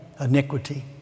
iniquity